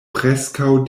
preskaŭ